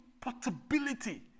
portability